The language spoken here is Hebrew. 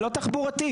ולא תחבורתי.